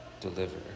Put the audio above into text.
deliver